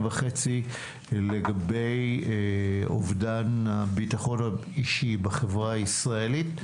וחצי לגבי אובדן הביטחון האישי בחברה הישראלית,